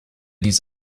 dies